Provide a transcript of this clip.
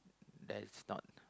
there's not